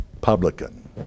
publican